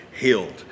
healed